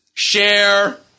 Share